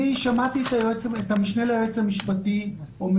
אני שמעתי את המשנה ליועץ המשפטי אומר